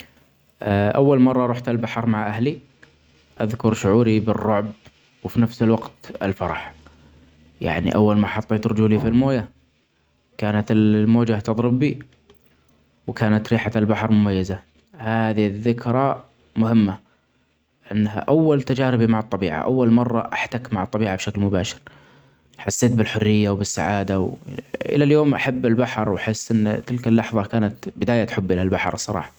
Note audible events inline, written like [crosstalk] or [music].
اول [hesitation] مره رحت البحر مع اهلي, اذكر شعوري بالرعب وفي نفس الوقت الفرح .يعني اول ما حطيت رجولي في الميه كانت ال [hesitation] موجه تضرب بي وكانت ريحه البحر مميزه. هذه الذكري مهمه انها اول تجاربي مع الطبيعه اول مره احتك مع الطبيعه بشكل مباشر .حسيت بالحريه وبالسعاده و-الي اليوم احب البحر واحس ان تلك اللحظه كانت بدايه حبنا للبحر الصراحه.